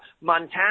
montana